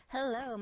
Hello